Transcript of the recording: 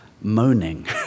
moaning